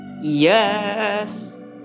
yes